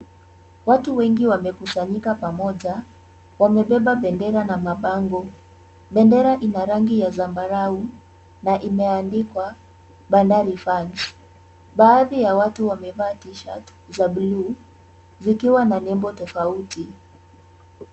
Watu wengi wamekusanyika pamoja. Wamebeba bendera na mabango. Bendera ina rangi ya zambarau na imeandikwa Bandari fans . Baadhi ya watu wamevaa tishati za buluu, zikiwa na nembo tofauti.